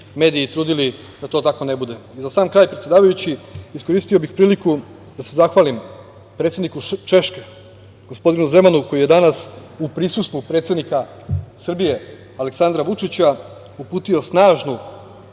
mediji trudili da to tako ne bude.Za sam kraj, predsedavajući, iskoristio bih priliku da se zahvalim predsedniku Češke gospodinu Zemanu, koji je danas u prisustvu predsednika Srbije Aleksandra Vučića uputio snažnu,